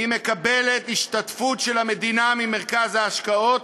היא מקבלת השתתפות של המדינה, ממרכז ההשקעות,